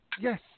Yes